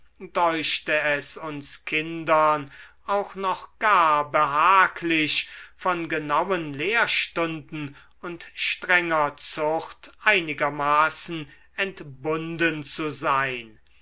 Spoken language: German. deuchte es uns kindern auch noch gar behaglich von genauen lehrstunden und strenger zucht einigermaßen entbunden zu sein